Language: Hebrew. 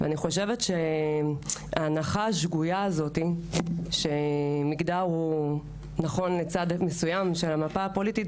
ואני חושבת שההנחה השגויה שמגדר הוא נכון לצד מסוים של המפה הפוליטית,